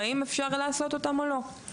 והאם אפשר לעשות אותן או לא.